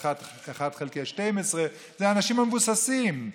אחד חלקי 12. זה האנשים המבוססים.